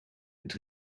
het